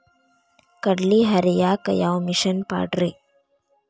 ಕಡ್ಲಿ ಹರಿಯಾಕ ಯಾವ ಮಿಷನ್ ಪಾಡ್ರೇ?